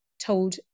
told